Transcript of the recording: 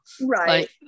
right